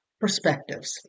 perspectives